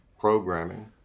programming